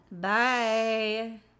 bye